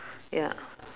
ya